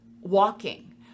walking